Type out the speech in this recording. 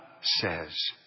says